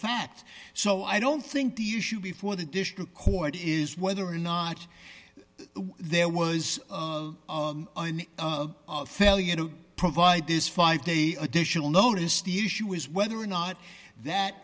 fact so i don't think the issue before the district court is whether or not there was a failure to provide this five day additional notice the issue is whether or not that